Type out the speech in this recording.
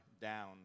down